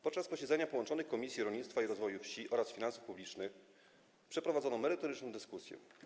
Podczas posiedzenia połączonych Komisji: Rolnictwa i Rozwoju Wsi oraz Finansów Publicznych przeprowadzono merytoryczną dyskusję.